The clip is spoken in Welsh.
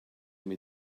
imi